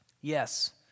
Yes